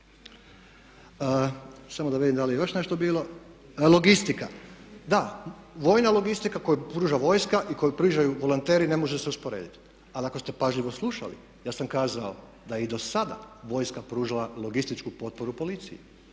Samo da vidim da li je još nešto bilo, logistika. Da, vojna logistika koju pruža vojska i koju pružaju volonteri ne može se usporediti. Ali ako ste pažljivo slušali ja sam kazao da je i do sada vojska pružala logističku potporu policiji